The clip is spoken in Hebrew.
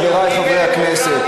חבריי חברי הכנסת,